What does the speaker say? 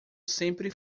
sempre